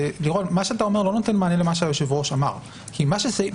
מה שאתה אומר לא נותן מענה למה שהיושב-ראש אומר כי פסקה